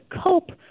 cope